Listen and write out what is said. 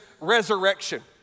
resurrection